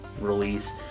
release